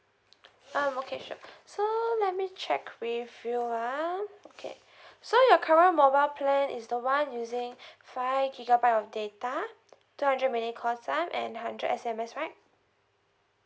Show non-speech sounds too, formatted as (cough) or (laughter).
um okay sure so let me check with you ah okay (breath) so your current mobile plan is the one using five gigabyte of data two hundred minute call time and hundred S_M_S right